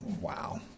Wow